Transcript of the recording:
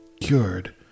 cured